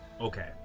Okay